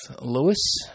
Lewis